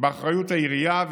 שבאחריות העירייה.